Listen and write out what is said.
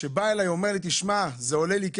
המעסיק אומר שזה עולה לו כסף.